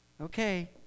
okay